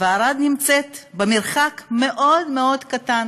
וערד נמצאת במרחק מאוד מאוד קטן